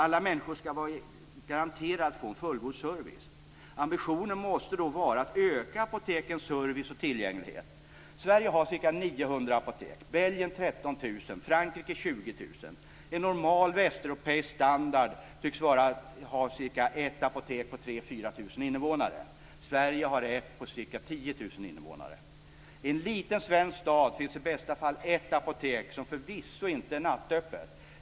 Alla människor skall vara garanterade en fullgod service. Ambitionen måste då vara att öka apotekens service och tillgänglighet. Frankrike 20 000. En normal västeuropeisk standard tycks vara att ha ca 1 apotek på 3 000-4 000 invånare. Sverige har 1 apotek på ca 10 000 invånare. I en liten svensk stad finns i bästa fall 1 apotek, som förvisso inte är nattöppet.